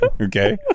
Okay